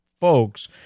folks